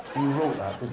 you wrote that,